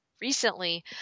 recently